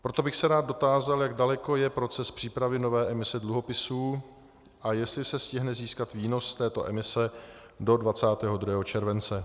Proto bych se rád dotázal, jak daleko je proces přípravy nové emise dluhopisů a jestli se stihne získat výnos z této emise do 22. července.